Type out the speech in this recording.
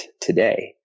today